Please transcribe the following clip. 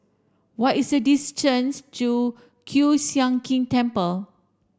what is the distance to Kiew Sian King Temple